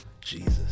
Jesus